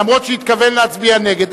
למרות העובדה שהתכוון להצביע נגד.